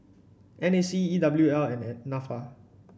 N A C E W L and NAFA